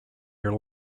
your